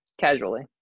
Casually